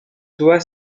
doit